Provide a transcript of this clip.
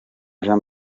jean